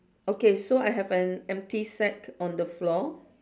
okay so I have an empty sack on the floor